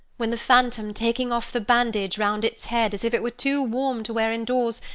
when the phantom taking off the bandage round its head, as if it were too warm to wear indoors,